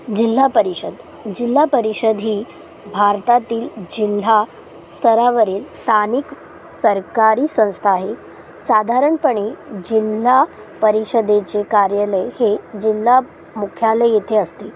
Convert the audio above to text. जिल्हा परिषद जिल्हा परिषद ही भारतातील जिल्हा स्तरावरील स्थानिक सरकारी संस्था आहे साधारणपणे जिल्हा परिषदेचे कार्यालय हे जिल्हा मुख्यालय येथे असते